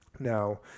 Now